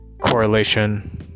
correlation